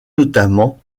notamment